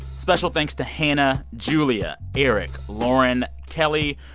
special thanks to hannah, julia, eric, lauren, kelly,